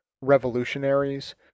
revolutionaries